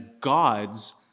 God's